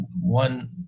one